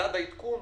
מדד העדכון,